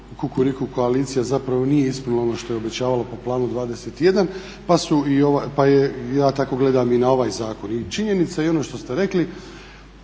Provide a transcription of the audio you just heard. Kukuriku koalicija zapravo nije ispunila ono što je obećavala po Planu 21 pa ja tako gledam i na ovaj zakon. I činjenica je ono što ste rekli